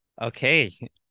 Okay